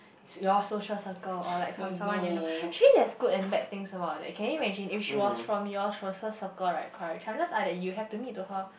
it's your social circle or like from someone you know she there is good thing and bad thing about that can you imagine if she was from your social circle right correct chances that you have to meet to her